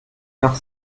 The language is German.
nach